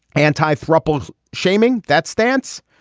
anti rubbles shaming that stance.